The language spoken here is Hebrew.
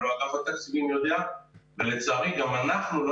לא אגף התקציבים יודע ולצערי גם אנחנו לא